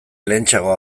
lehentxeago